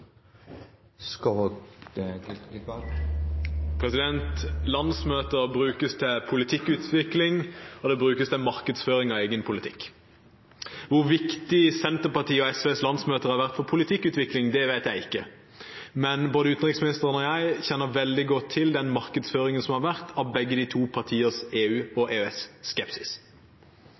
brukes til politikkutvikling, og de brukes til markedsføring av egen politikk. Hvor viktige Senterpartiets og SVs landsmøter har vært for politikkutvikling, vet jeg ikke. Men både utenriksministeren og jeg kjenner veldig godt til den markedsføringen som har vært av begge de to partienes EU- og